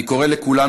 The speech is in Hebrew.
אני קורא לכולנו,